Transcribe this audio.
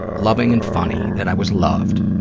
loving and funny, that i was loved.